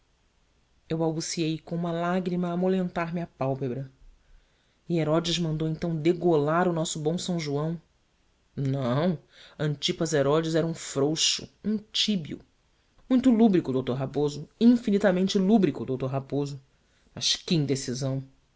eu balbuciei com uma lágrima a amolentar me a pálpebra e herodes mandou então degolar o nosso bom são joão não antipas herodes era um frouxo um tíbio muito lúbrico d raposo infinitamente lúbrico d raposo mas que indecisão